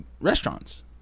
restaurants